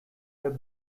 web